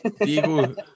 Diego